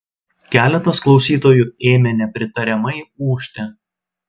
keletas klausytojų ėmė nepritariamai ūžti